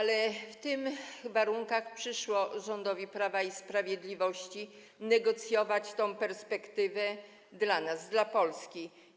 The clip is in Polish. Ale w tych warunkach przyszło rządowi Prawa i Sprawiedliwości negocjować tę perspektywę dla nas, dla Polski.